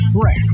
fresh